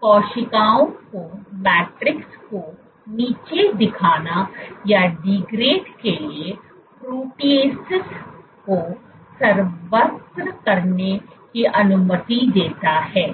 कोशिकाओं को मैट्रिक्स को नीचा दिखाने के लिए प्रोटीएसस को स्रावित करने की अनुमति देता है